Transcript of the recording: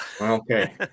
Okay